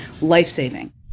life-saving